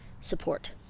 support